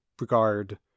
regard